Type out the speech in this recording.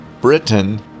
Britain